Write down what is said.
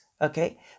Okay